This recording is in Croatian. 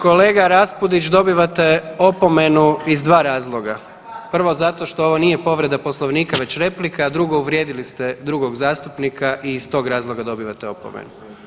Kolega Raspudić, dobivate opomenu iz dva razloga, prvo zato što ovo nije povreda Poslovnika već replika, a drugo uvrijedili ste drugog zastupnika i iz tog razloga dobivate opomenu.